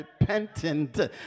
repentant